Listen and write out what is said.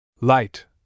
Light